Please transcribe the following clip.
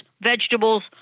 vegetables